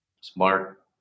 smart